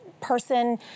person